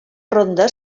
ronda